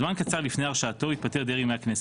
זמן קצר לפני הרשעתו התפטר דרעי מהכנסת,